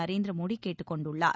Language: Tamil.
நரேந்திர மோடி கேட்டுக் கொண்டுள்ளார்